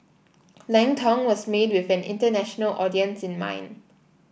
Lang Tong was made with an international audience in mind